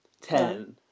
ten